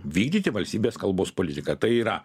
vykdyti valstybės kalbos politiką tai yra